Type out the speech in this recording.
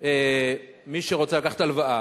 מי שרוצה לקחת הלוואה,